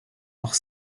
noch